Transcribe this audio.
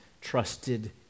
trusted